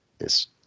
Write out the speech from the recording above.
Yes